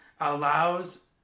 allows